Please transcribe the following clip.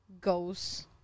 goes